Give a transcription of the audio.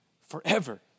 forever